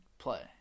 play